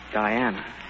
Diana